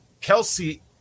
Kelsey